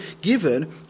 given